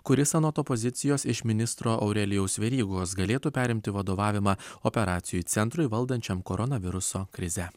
kuris anot opozicijos iš ministro aurelijaus verygos galėtų perimti vadovavimą operacijų centrui valdančiam koronaviruso krizę